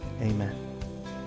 amen